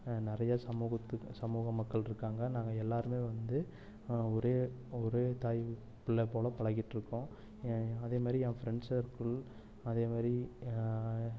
நிறைய சமூகத்து சமூக மக்கள் இருக்காங்க நாங்கள் எல்லோருமே வந்து ஒரே ஒரே தாய் புள்ளை போல பழகிட்டு இருக்கோம் அதேமாதிரி என் ஃப்ரெண்ட்ஸ் சர்க்கிள் அதேமாதிரி